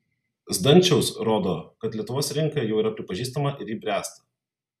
zdančiaus rodo kad lietuvos rinka jau yra pripažįstama ir ji bręsta